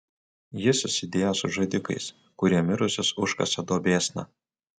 jis susidėjo su žudikais kurie mirusius užkasa duobėsna